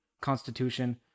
constitution